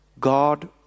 God